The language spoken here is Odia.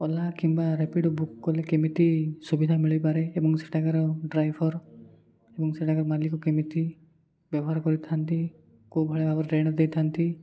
ଓଲା କିମ୍ବା ରାପିଡ଼ୋ ବୁକ୍ କଲେ କେମିତି ସୁବିଧା ମିଳିପାରେ ଏବଂ ସେଠାକାର ଡ୍ରାଇଭର ଏବଂ ସେଠାକାର ମାଲିକ କେମିତି ବ୍ୟବହାର କରିଥାନ୍ତି କେଉଁ ଭଳି ଭାବରେ ରେଣ୍ଟରେ ଦେଇଥାନ୍ତି